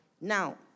Now